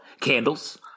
candles